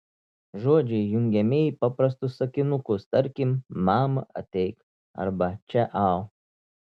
žodžiai jungiami į paprastus sakinukus tarkim mama ateik arba čia au